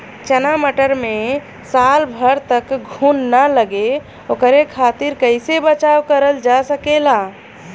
चना मटर मे साल भर तक घून ना लगे ओकरे खातीर कइसे बचाव करल जा सकेला?